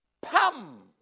pam